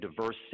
diverse